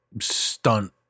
stunt